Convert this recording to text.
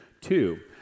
two